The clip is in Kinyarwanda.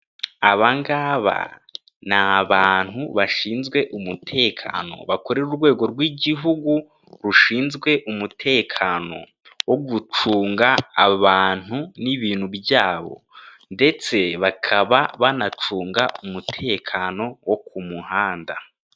A bangaba n'abantu bashinzwe umutekano, bakorera urwego rw'igihugu rushinzwe umutekano wo gucunga abantu n'ibintu byabo ndetse bakaba banacunga umutekano wo ku muhanda.